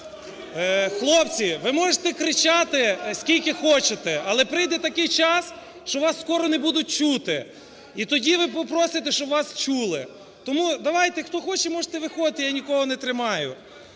Хлопці, ви можете кричати скільки хочете, але прийде такий час, що вас скоро не будуть чути, і тоді ви попросите, щоб вас чули. Тому давайте, хто хоче, можете виходити, я нікого не тримаю.